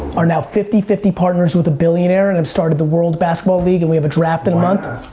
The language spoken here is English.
are now fifty fifty partners with a billionaire and have started the world basketball league and we have a draft in a month?